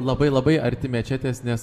labai labai arti mečetės nes